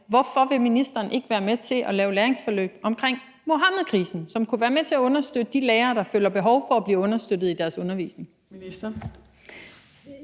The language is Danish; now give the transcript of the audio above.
Hvorfor vil ministeren ikke være med til at lave læringsforløb om Muhammedkrisen, som kunne være med til at understøtte de lærere, der føler behov for at blive understøttet i deres undervisning?